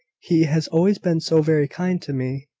he has always been so very kind to me,